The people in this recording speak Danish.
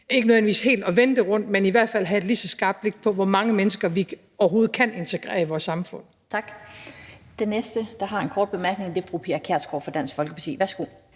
ikke nødvendigvis at vende det helt rundt, men i hvert fald at have et lige så skarpt blik på, hvor mange mennesker vi overhovedet kan integrere i vores samfund. Kl. 14:11 Den fg. formand (Annette Lind): Tak. Den næsten, der har en kort bemærkning, er fru Pia Kjærsgaard fra Dansk Folkeparti. Værsgo.